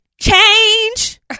change